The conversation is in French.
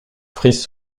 tous